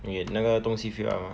你那个东西 fill up mah